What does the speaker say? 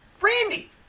Randy